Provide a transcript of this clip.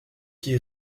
qui